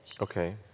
Okay